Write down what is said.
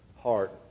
heart